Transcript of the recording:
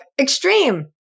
extreme